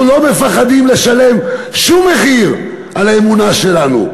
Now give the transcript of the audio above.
אנחנו לא מפחדים לשלם שום מחיר על האמונה שלנו,